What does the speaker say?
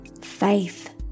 faith